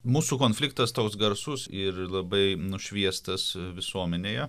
mūsų konfliktas toks garsus ir labai nušviestas visuomenėje